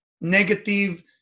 negative